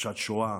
הכחשת שואה,